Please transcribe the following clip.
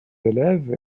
élèves